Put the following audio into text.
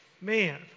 Man